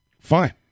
fine